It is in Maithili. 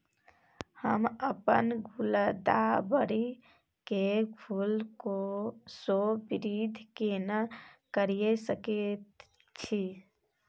हम अपन गुलदाबरी के फूल सो वृद्धि केना करिये सकेत छी?